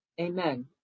Amen